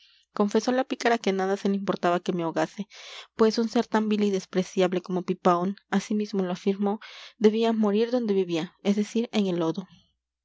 confesó la pícara que nada se le importaba que me ahogase pues un ser tan vil y despreciable como pipaón así mismo lo afirmó debía morir donde vivía es decir en el lodo